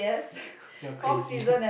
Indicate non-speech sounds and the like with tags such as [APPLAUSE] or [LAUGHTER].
[LAUGHS] you're crazy